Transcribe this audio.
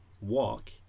walk